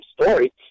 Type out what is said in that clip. story